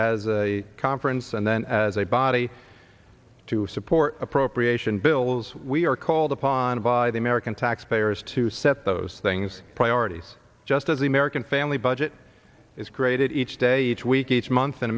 as a conference and then as a body to support appropriation bills we are called upon by the american taxpayers to set those things priorities just as the american family budget is created each day each week each month